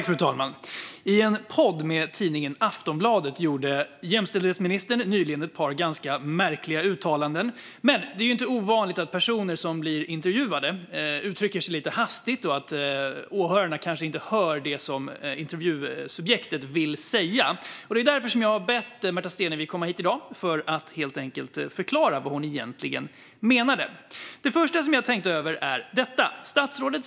Fru talman! I en podd med tidningen Aftonbladet gjorde jämställdhetsministern nyligen ett par ganska märkliga uttalanden. Men det är inte ovanligt att personer som blir intervjuade uttrycker sig lite hastigt och att åhörarna kanske inte hör det som intervjusubjektet vill säga. Det är därför som jag har bett Märta Stenevi komma hit i dag för att helt enkelt förklara vad hon egentligen menade. Jag ska citera statsrådet.